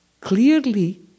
clearly